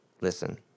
Listen